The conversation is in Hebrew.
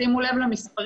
שימו לב למספרים,